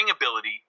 ability